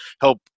help